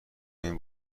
این